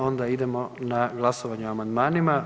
Onda idemo na glasovanje o amandmanima.